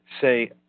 say